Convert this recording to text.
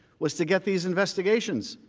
was to get these investigations.